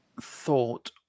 thought